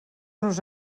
nos